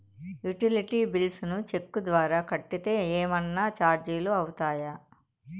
Utility bills ను cheque ద్వారా కట్టితే ఏమన్నా చార్జీలు అవుతాయా?